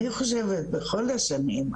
אני חושבת בכל השנים,